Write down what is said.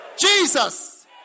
Jesus